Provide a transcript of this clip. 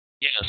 Yes